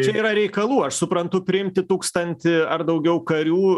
čia yra reikalų aš suprantu priimti tūkstantį ar daugiau karių